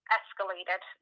escalated